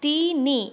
ତିନି